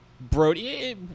Brody